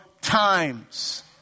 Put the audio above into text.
times